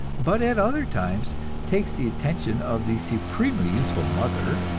but at other times takes the attention of the supremely useful mother,